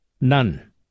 None